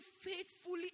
faithfully